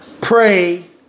pray